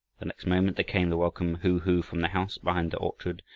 the next moment there came the welcome hoo-hoo from the house behind the orchard,